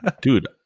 Dude